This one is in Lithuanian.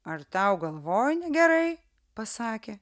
ar tau galvoj negerai pasakė